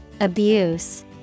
Abuse